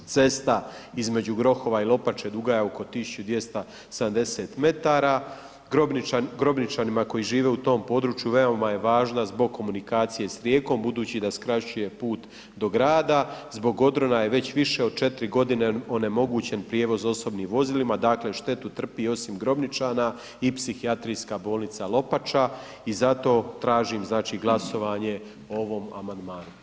Cesta između Grohova i Lopače duga je oko 1270 m, Grobničanima koji žive u tom području veoma je važna zbog komunikacije s Rijekom budući da skraćuje put do grada, zbog odrona je već više od 4 g. onemogućen prijevoz osobnim vozilima, dakle štetu trpi osnim Grobničana i Psihijatrijska bolnica Lopača i zato tražim glasovanje o ovom amandmanu.